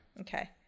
Okay